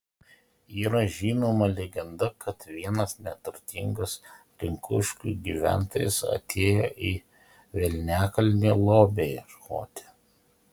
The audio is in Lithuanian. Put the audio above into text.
yra žinoma legenda kad vienas neturtingas rinkuškių gyventojas atėjo į velniakalnį lobio ieškoti